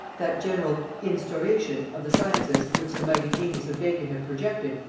that general instauration of the sciences which the mighty genius of bacon had projected,